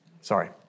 Sorry